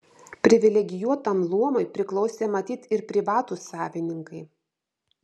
privilegijuotam luomui priklausė matyt ir privatūs savininkai